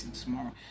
tomorrow